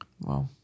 wow